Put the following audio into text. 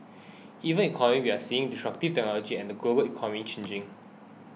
even economically we're seeing destructive technologies and the global economy changing